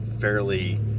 fairly